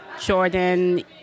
Jordan